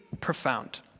profound